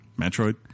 Metroid